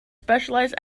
specialized